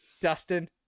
Dustin